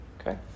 Okay